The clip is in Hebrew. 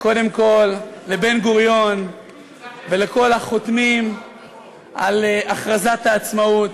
קודם כול לבן-גוריון ולכל החותמים על הכרזת העצמאות.